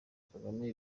kagame